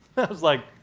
i was like,